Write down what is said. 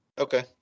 Okay